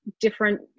different